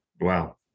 Wow